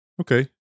Okay